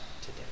today